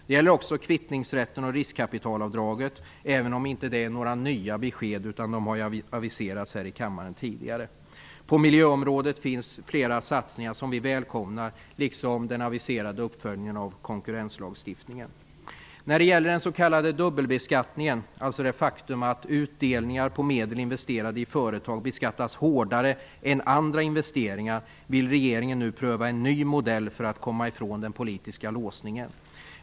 Hit hör också kvittningsrättten och riskkapitalavdraget även om de inte är några nya förslag; de har aviserats tidigare här i kammaren. Vi välkomnar även flera av satsningarna på miljöområdet liksom uppföljningen av konkurrenslagstiftningen. När det gäller den s.k. dubbelbeskattningen, alltså det faktum att utdelningar på medel investerade i företag beskattas hårdare än andra investeringar, vill regeringen pröva en ny modell för att komma ifrån den politiska låsningen.